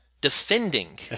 defending